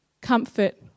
comfort